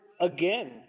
again